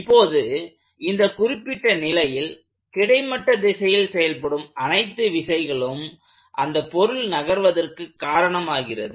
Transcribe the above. இப்போது இந்த குறிப்பிட்ட நிலையில் கிடைமட்ட திசையில் செயல்படும் அனைத்து விசைகளும் அந்தப் பொருள் நகர்வதற்கு காரணமாகிறது